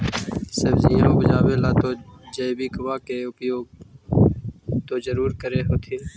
सब्जिया उपजाबे ला तो जैबिकबा के उपयोग्बा तो जरुरे कर होथिं?